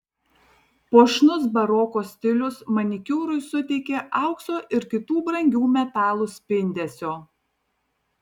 puošnus baroko stilius manikiūrui suteikė aukso ir kitų brangių metalų spindesio